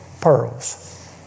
Pearls